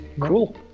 Cool